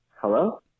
Hello